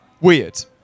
weird